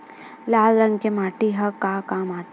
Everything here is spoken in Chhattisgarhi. लाल रंग के माटी ह का काम आथे?